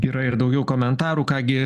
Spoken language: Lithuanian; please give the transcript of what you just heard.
yra ir daugiau komentarų ką gi